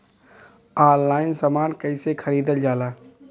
Online समान कैसे खरीदल जाला?